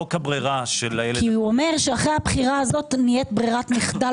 כי הוא אומר שאחרי הבחירה הזו נהיית ברירת מחדל